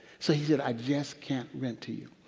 so he said, i just can't rent to you.